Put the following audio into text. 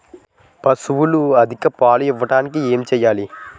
పశువులు అధిక పాలు ఇవ్వడానికి ఏంటి చేయాలి